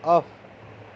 off